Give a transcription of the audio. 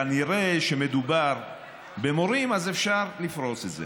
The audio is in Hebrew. כנראה כשמדובר במורים אז אפשר לפרוץ את זה.